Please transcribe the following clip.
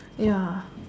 ya